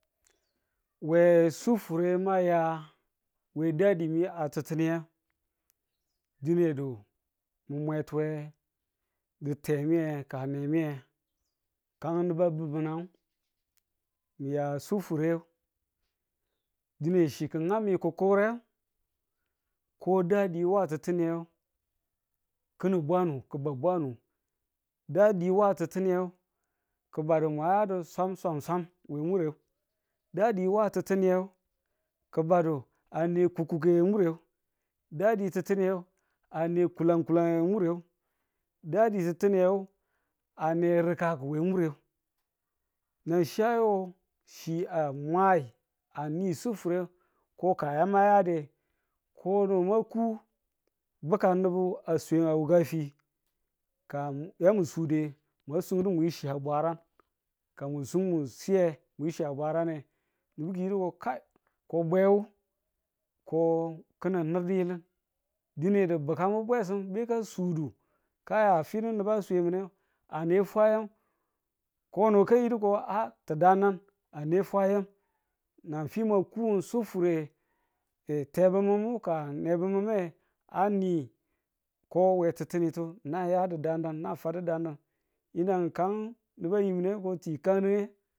we su fure mu aya we dadi miye a ti̱ttine dine du mu mwe tuwe bi̱ temiye ka nemi ye kan nubu a bi̱minang miya sufure dine chi ki̱ nga me kukure ko dadi wa ti̱ttiniye ki̱nin bwanu ki̱ ba bwanu, dadi wa ti̱ttiniye ki̱ bwadu mwa yadu swang swang swang we mure dadi wa ti̱ttiniye ki̱badu a ne kukkude we mure, dadi ti̱ttiniye a ne kulang kulang we mure dadi ti̱ttiniye a ne rikakuwe mure nan chi ayo chi a mwa a ni sufure ko ka ya mwa yade ko no mwa ku bi̱kam nubu a swe a wuka fi ka ya mu sude mwa sunde mwi chi a bwarang ka mwan sun ng siye nye chi a bwarang nge, nubu ki̱yidi ko kai ko bwewu ko ki̱nin nur diyilin dine bukamu bwesimu beka sudu ka ya fino nubu a swemine a ne fwa yam ko no kayidu ko a ti dang dang a ne fwa yam nan chi ma ku sufureng tebi̱mimin ka nebumine a ni ko we ti̱ttinitu ni̱nang yadi dang dang na fwadu dang dang yinu kan nubu a yiminu ko chi kane